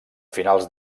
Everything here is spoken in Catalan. finals